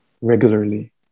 regularly